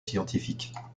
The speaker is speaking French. scientifiques